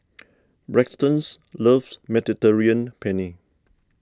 Braxton's loves Mediterranean Penne